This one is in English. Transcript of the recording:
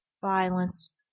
violence